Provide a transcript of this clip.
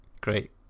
great